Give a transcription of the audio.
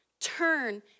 turn